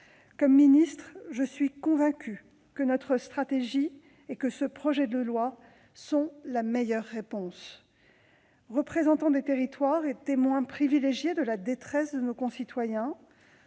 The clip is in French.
comme ministre, notre stratégie et ce projet de loi sont la meilleure réponse. Représentants des territoires et témoins privilégiés de la détresse de nos concitoyens,